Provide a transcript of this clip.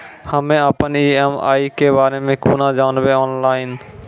हम्मे अपन ई.एम.आई के बारे मे कूना जानबै, ऑनलाइन?